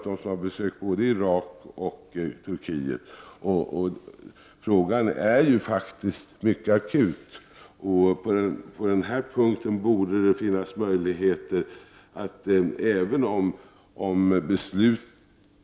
De som besökt Irak och Turkiet vet att frågan är mycket akut, och på den här punkten borde det finns möjligheter att göra någonting.